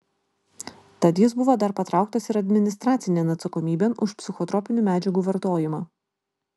tad jis buvo dar patrauktas ir administracinėn atsakomybėn už psichotropinių medžiagų vartojimą